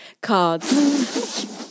cards